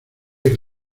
eres